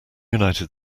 united